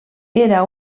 era